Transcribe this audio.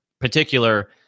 particular